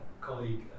colleague